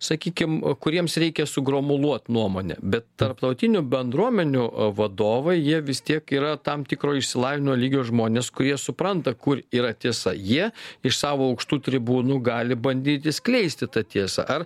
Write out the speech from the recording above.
sakykim kuriems reikia sugromuliuot nuomonę bet tarptautinių bendruomenių vadovai jie vis tiek yra tam tikro išsilavinio lygio žmonės kurie supranta kur yra tiesa jie iš savo aukštų tribūnų gali bandyti skleisti tą tiesą ar